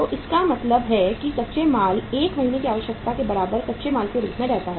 तो इसका मतलब है कि कच्चे माल 1 महीने की आवश्यकता के बराबर कच्चे माल के रूप में रहता है